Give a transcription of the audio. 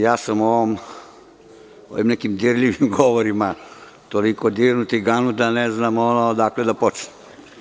Ja sam ovim dirljivim govorima toliko dirnut i ganut, da ne znam odakle da počnem.